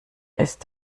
ist